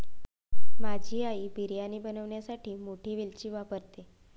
माझी आई बिर्याणी बनवण्यासाठी मोठी वेलची वापरते